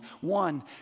One